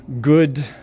good